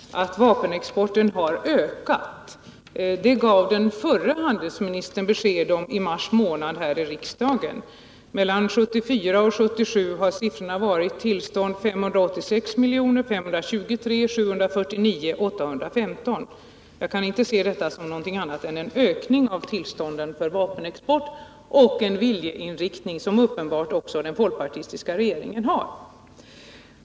Herr talman! Först och främst vill jag säga — jag glömde det förra gången — att det är uppenbart att vapenexporten har ökat. Det gav den förre handelsministern besked om i mars månad här i riksdagen. Från 1974 till 1977 har utförseltillstånden uppgått till 586, 523, 749 och 815 milj.kr. Jag kan inte se detta såsom något annat än en ökning av tillstånden för vapenexport och därmed en viljeinriktning som den folkpartistiska regeringen uppenbarligen nu delar med den förre handelsministern.